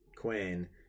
Quinn